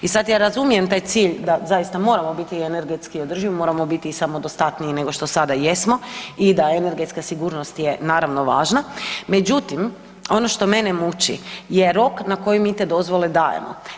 I sad ja razumijem taj cilj da zaista moramo biti energetski održivi, moramo biti samodostatniji nego što sada jesmo i da energetska sigurnost je naravno važna, međutim ono što mene muči je rok na koji mi te dozvole dajemo.